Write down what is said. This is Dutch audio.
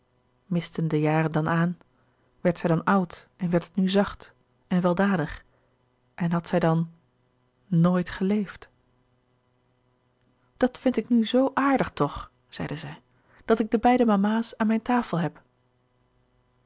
mistten de jaren dan aan werd zij dan oud en werd het nu zacht en weldadig en had zij dan nooit geleefd dat vind ik nu zoo aardig toch zeide zij dat ik de beide mama's aan mijn tafel heb